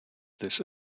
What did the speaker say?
this